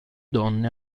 donne